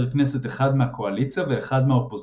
כנסת אחד מהקואליציה ואחד מהאופוזיציה.